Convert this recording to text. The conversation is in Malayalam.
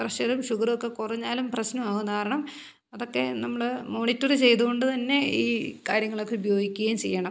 പ്രഷറും ഷുഗറുമൊക്കെ കുറഞ്ഞാലും പ്രശ്നമാകും കാരണം അതൊക്കെ നമ്മൾ മോണിറ്ററ് ചെയ്തുകൊണ്ട് തന്നെ ഈ കാര്യങ്ങളൊക്കെ ഉപയോഗിക്കുകയും ചെയ്യണം